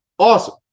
Awesome